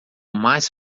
mais